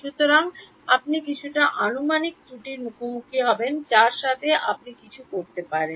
সুতরাং আপনি কিছুটা আনুমানিক ত্রুটির মুখোমুখি হবেন যার সাথে আপনি কিছু করতে পারেন